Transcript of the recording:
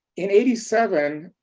in eighty seven,